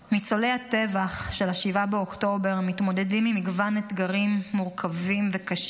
ניצולי הטבח של 7 באוקטובר מתמודדים עם מגוון אתגרים מורכבים וקשים.